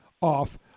off